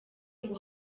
ngo